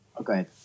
Okay